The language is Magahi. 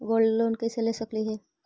गोल्ड लोन कैसे ले सकली हे?